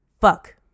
fuck